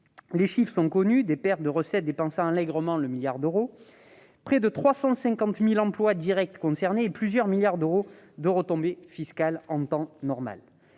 Les chiffres sont connus : des pertes de recettes dépassant allègrement le milliard d'euros, près de 350 000 emplois directs concernés et plusieurs milliards d'euros de retombées fiscales en temps normal.